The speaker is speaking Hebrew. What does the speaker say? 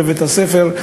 בבית-הספר,